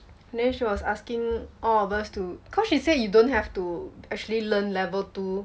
then she was asking all of us to cause she said you don't have to actually learn level two